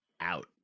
out